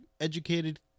educated